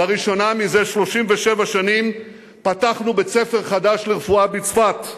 לראשונה זה 37 שנים פתחנו בית-ספר לרפואה, בצפת.